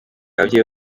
ababyeyi